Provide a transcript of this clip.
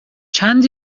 چند